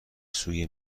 سوی